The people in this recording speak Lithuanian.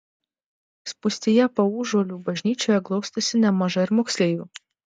spūstyje paužuolių bažnyčioje glaustosi nemaža ir moksleivių